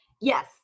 Yes